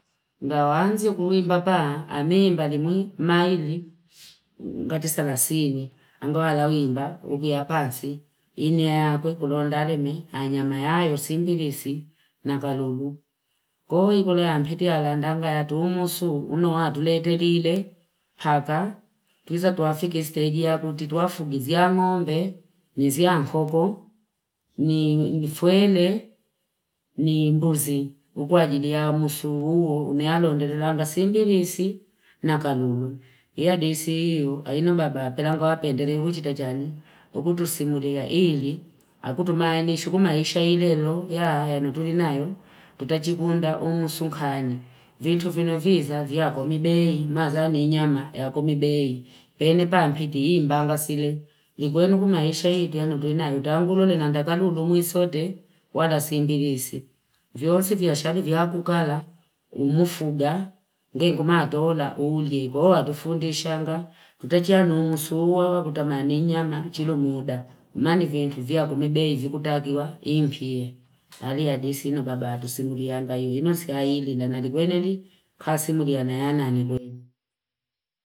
Ngawanzi oku wimbapa hame imbali mui maili ngati salasili. Angawala wimba, ubi ya pasi. Inia ya kwekulondareme, anyama ya yo simbilisi na galugu. Koi kule ya mpiti ya landanga ya tuumusu, unoha tulete lile paka. Tuzatuafiki stegi ya kuti, tuafu gizi ya ngombe, nizi ya nkoko, ni fwele, ni mbuzi. Uku wajidi ya musu, unihalo nderilanga simbilisi na galugu. Iadisi iyo, ino baba, pelango wapendele uji tajani. Ukutusi mwede ya hili. Akutumani, shukuma isha ilelo ya naturi nayo. Tutachikunda umusu kani. Vitu vinofiza, viyako mbei. Mazani, anyama, viyako mbei. Pene pa mpiti, imbanga sile. Ndigoenu kumaisha hiti ya nuduina yutangulole na ndaganu urumu isote wada simbilisi. Vyolsi vyashari vyakukala. Umufuga. Ngeguma dola, uulie. Kuhua tufundishanga. Tutachianu umusu. Ukutumani, anyama, chilumuda. Manivu viyako mbei vikutagiwa. Impia. Iadisi ino baba. Tusimulianga. Insionaingi nanga kikwenedi kasimuliana na ya nani kwenu.